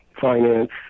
finance